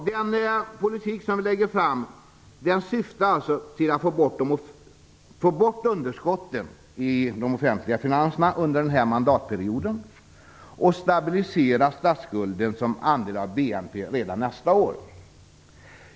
Den politik som vi för syftar alltså till att få bort underskotten i de offentliga finanserna under den här mandatperioden och att stabilisera statsskulden som andel av BNP redan nästa år.